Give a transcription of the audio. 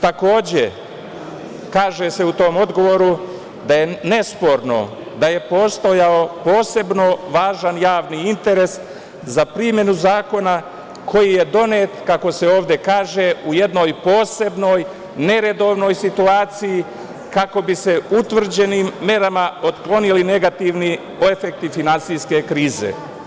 Takođe, kaže se u tom odgovoru da je nesporno da je postojao posebno važan javni interes za primenu zakona koji je donet, kako se ovde kaže, u jednoj posebnoj neredovnoj situaciji kako bi se utvrđenim merama otklonili negativni efekti finansijske krize.